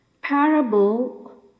parable